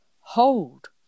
hold